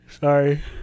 Sorry